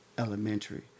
elementary